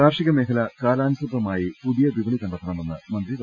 കാർഷിക മേഖല കാലാനുസൃതമായി പുതിയ വിപണി കണ്ടെ ത്തണമെന്ന് മന്ത്രി ഡോ